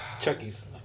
Chucky's